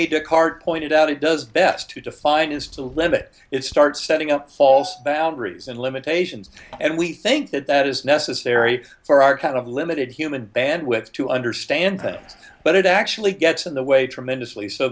to cart pointed out it does best to define is to limit it starts setting up falls down trees and limitations and we think that that is necessary for our kind of limited human bandwidth to understand that but it actually gets in the way tremendously so